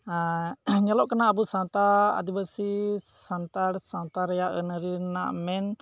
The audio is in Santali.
ᱧᱮᱞᱚᱜ ᱠᱟᱱᱟ ᱟᱵᱚ ᱥᱟᱱᱛᱟᱲ ᱟᱹᱫᱤᱵᱟᱹᱥᱤ ᱥᱟᱱᱛᱟᱲ ᱥᱟᱶᱛᱟ ᱨᱮᱭᱟᱜ ᱟᱹᱱ ᱟᱹᱨᱤ ᱨᱮᱭᱟᱜ ᱢᱮᱱ